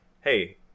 hey